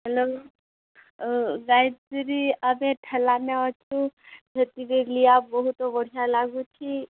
hello Gayatri ଦିଦି ଆମେ ଠେଲାନେ ଅଛୁ ସେଥିରେ ଲିଆ ବହୁତ ବଢ଼ିଆ ଲାଗୁଛି